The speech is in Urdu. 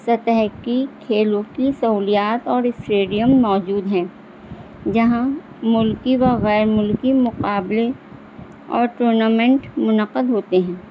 سطحقی کھیلوں کی سہولیات اور اسٹیڈیم موجود ہیں جہاں ملکی وغیر ملکی مقابلے اور ٹورنامنٹ منعقد ہوتے ہیں